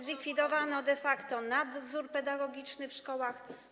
Zlikwidowano de facto nadzór pedagogiczny w szkołach.